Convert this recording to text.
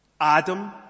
Adam